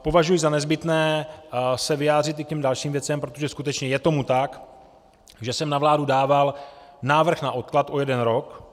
Považuji ale za nezbytné se vyjádřit i k dalším věcem, protože skutečně je tomu tak, že jsem na vládu dával návrh a odklad o jeden rok.